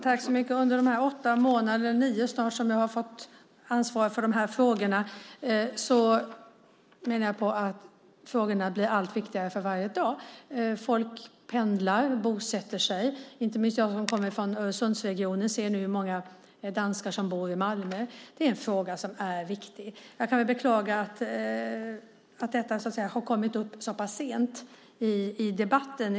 Fru talman! Under de snart nio månader som jag har fått ansvara för dessa frågor har de för var dag blivit allt viktigare. Folk pendlar och bosätter sig. Inte minst jag som kommer från Öresundsregionen ser hur många danskar som bor i Malmö. Frågan är viktig. Jag kan beklaga att det har kommit upp så sent i debatten.